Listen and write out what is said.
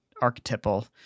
archetypal